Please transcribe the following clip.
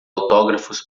autógrafos